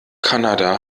kanada